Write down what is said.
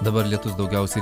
dabar lietus daugiausiai